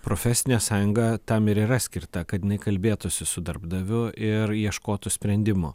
profesinė sąjunga tam ir yra skirta kad jinai kalbėtųsi su darbdaviu ir ieškotų sprendimo